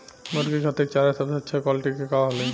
मुर्गी खातिर चारा सबसे अच्छा क्वालिटी के का होई?